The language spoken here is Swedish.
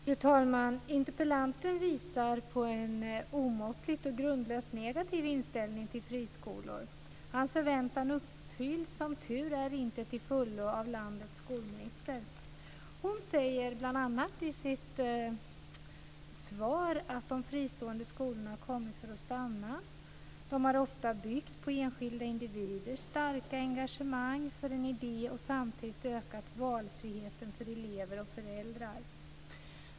Fru talman! Interpellanten visar på en omåttligt och grundlöst negativ inställning till friskolor. Hans förväntan uppfylls som tur är inte till fullo av landets skolminister. Hon säger bl.a. i sitt svar att de fristående skolorna har kommit för att stanna. De har ofta byggt på enskilda individers starka engagemang för en idé och samtidigt ökat valfriheten för elever och föräldrar.